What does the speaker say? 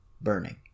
burning